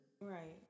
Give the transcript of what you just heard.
Right